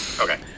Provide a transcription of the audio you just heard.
okay